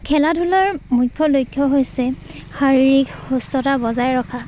খেলা ধূলাৰ মুখ্য লক্ষ্য হৈছে শাৰীৰিক সুস্থতা বজাই ৰখা